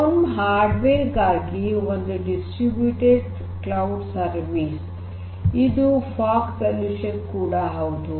ಸೋನ್ಮ್ hardware ಗಾಗಿ ಒಂದು distributed cloud service ಇದು ಫಾಗ್ ಸೊಲ್ಯೂಷನ್ ಕೂಡ ಹೌದು